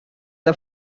the